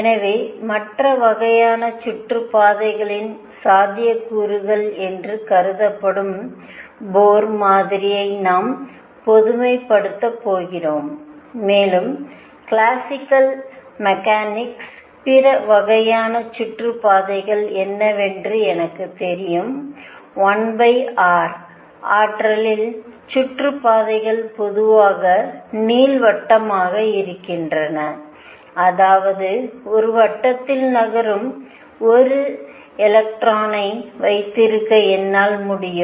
எனவே மற்ற வகையான சுற்றுப்பாதைகளின் சாத்தியக்கூறுகள் என்று கருதப்படும் போர் மாதிரியை நாம் பொதுமைப்படுத்தப் போகிறோம் மேலும் கிளாசிக்கல் மெக்கானிக்ஸிலிருந்து பிற வகையான சுற்றுப்பாதைகள் என்னவென்று எனக்குத் தெரியும் 1 r ஆற்றலில் சுற்றுப்பாதைகள் பொதுவாக நீள்வட்டமாக இருக்கின்றன அதாவது ஒரு வட்டத்தில் நகரும் ஒரு எலக்ட்ரானை வைத்திருக்க என்னால் முடியும்